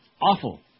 awful